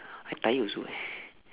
I tired also eh